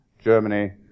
Germany